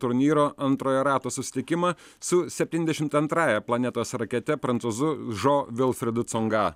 turnyro antrojo rato susitikimą su septyniasdešimt antrąja planetos rakete prancūzu žo vilfredu congą